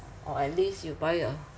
or at least you buy a